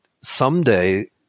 someday –